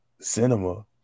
cinema